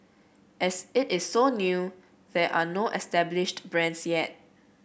as it is so new there are no established brands yet